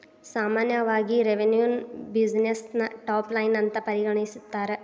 ಸಾಮಾನ್ಯವಾಗಿ ರೆವೆನ್ಯುನ ಬ್ಯುಸಿನೆಸ್ಸಿನ ಟಾಪ್ ಲೈನ್ ಅಂತ ಪರಿಗಣಿಸ್ತಾರ?